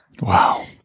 Wow